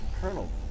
Colonel